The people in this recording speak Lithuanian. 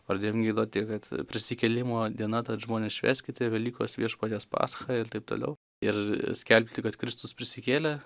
pradėjom giedoti kad prisikėlimo diena tad žmonės švęskite velykos viešpaties pascha ir taip toliau ir skelbti kad kristus prisikėlė